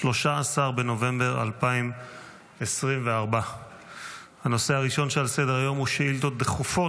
13בנובמבר 2024. הנושא שעל סדר-היום הוא שאילתות דחופות.